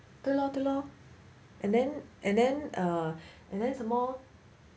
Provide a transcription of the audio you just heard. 对 lor 对 lor and then and then err and then some more